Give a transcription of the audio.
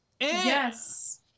Yes